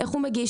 איך הוא מגיש,